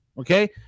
Okay